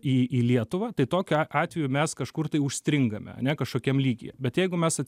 į į lietuvą tai tokiu atveju mes kažkur tai užstringame ane kažkokiame lygyje bet jeigu mes